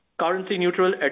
Currency-neutral